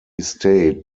estate